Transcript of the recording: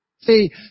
See